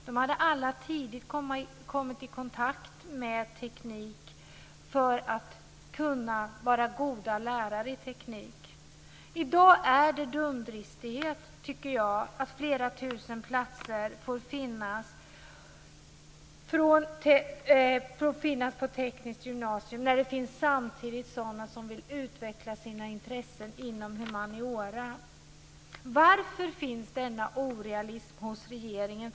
De hade alla tidigt kommit i kontakt med teknik för att kunna vara goda lärare i teknik. I dag är det dumdristighet, tycker jag, hos regeringen att flera tusen får finnas på tekniskt gymnasium när det samtidigt finns sådana som vill utveckla sina intressen inom humaniora. Varför finns denna orealism hos regeringen?